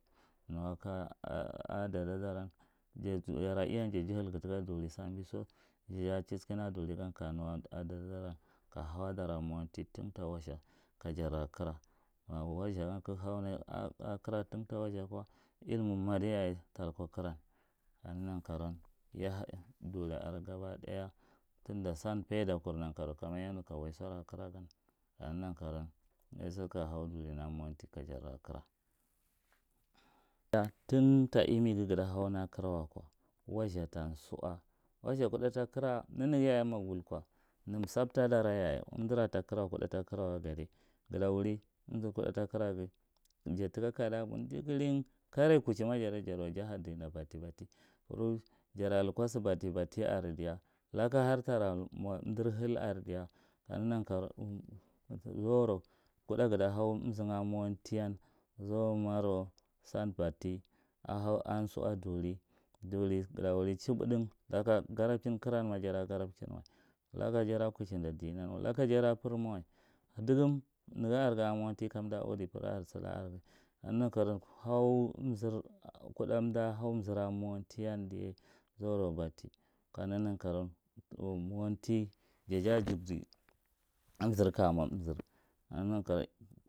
Nuwaka a dada duran jurira iyau jajihilku thika duri sanbesu jaja chiskin aka durigan kanuwaka dadaran kanawa dara mowanti thinka wwazha ka jara kira, ma wazhagan maghe hauna ko mowanti thinta wazha kwha imie madi yayeh talko kharan kaneghi ya karauwan yaha duri aran gaba daya thin dan san faidakur monkarauwa kama yanu waisura kira gan waltu kahau duri na ko mow mowanti. Kajarra kir ja thin tha imeghi zgata hanako kira wako wazha tansuwa wazha kuda takira nenegi yaye maghe wulko nan sabta danan yoye umatura ka kira kuda ta kirawan gadai gadai umdura kuda ta kira jatheka kada bu jibbrin karai kuchima jata jadiwa jaha dina batti, batti kura jata luko subatti, bafti ar diya kura laka hatta lamur umdirhil ardiya kaneghi nan karou zuru kuda ghata haw umzun a miwantyan zumarou san batti a hau a suwa duri duri gata wuri chikudum laka garabchin kzran ma jada garabehinwah laka jada kuchinda dinan wah laka jadi phre wa dugum nega arghi a mowanti kamda udi kuda suda arghi kaneghi nan karou hauumzur kuda umda hauunzur a ko mouwanti yandai zurou batti kaneghi nan karou wandai mowarti jata jughdi umzur kajar mounzur